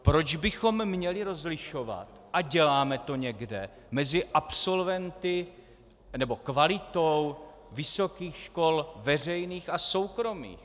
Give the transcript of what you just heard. Proč bychom měli rozlišovat, a děláme to někde, mezi absolventy, nebo kvalitou vysokých škol veřejných a soukromých?